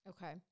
Okay